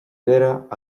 gcuireadh